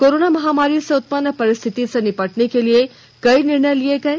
corona महामारी से उत्पन्न परिस्थिती से निपटने के लिए कई निर्णय लिये गये